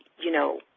you know,